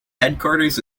headquarters